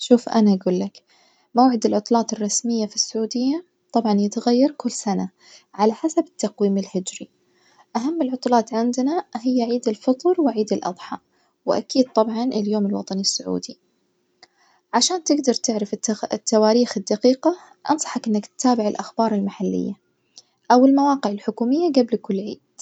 شوف أنا أجولك موعد العطلات الرسمية في السعودية طبعًا يتغير كل سنة على حسب التقويم الهجري، أهم العطلات عندنا هي عيد الفطر وعيد الأضحى وأكيد طبعًا اليوم الوطني السعودي، عشان تجدر تعرف الت- التواريخ الدقيقة أنصحك إنك تتابع الأخبار المحلية أو المواقع الحكومية جبل كل عيد.